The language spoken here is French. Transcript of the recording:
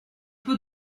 peu